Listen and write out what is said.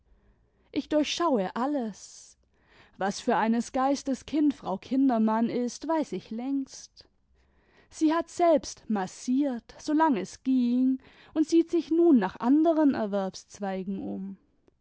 ich durchschaue alles was für eines geistes kind frau kindermann ist weiß ich längst sie hat selbst massiert so lang es ging imd sieht sich nun nach anderen erwerbszweigen um